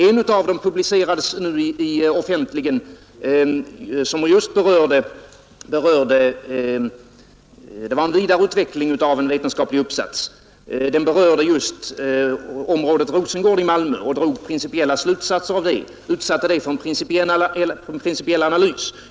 En av dem, som för kort tid sedan publicerades offentligen, var en vidareutveckling av en vetenskaplig uppsats och berörde just området Rosengård i Malmö. I uppsatsen drogs principiella slutsatser rörande Rosengård, och området utsattes för en principiell analys.